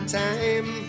time